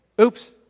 Oops